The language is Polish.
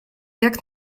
jak